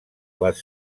les